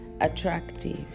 attractive